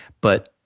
but,